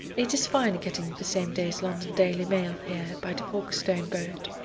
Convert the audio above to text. it is fine getting the same day's london daily mail here by the folkestone boat.